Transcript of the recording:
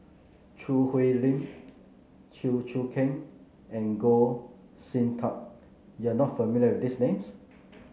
Choo Hwee Lim Chew Choo Keng and Goh Sin Tub you are not familiar with these names